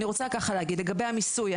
אני רוצה ככה להגיד לגבי המיסוי,